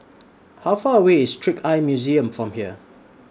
How Far away IS Trick Eye Museum from here